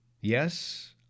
Yes